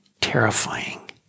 terrifying